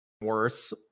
worse